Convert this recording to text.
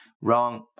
wrong